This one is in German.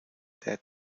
der